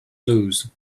loose